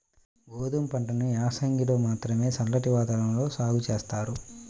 గోధుమ పంటని యాసంగిలో మాత్రమే చల్లటి వాతావరణంలో సాగు జేత్తారు